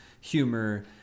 humor